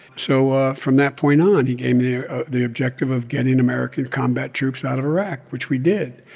so ah from that point on, he gave me ah the objective of getting american combat troops out of iraq, which we did.